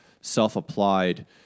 self-applied